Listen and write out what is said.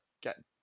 get